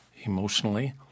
emotionally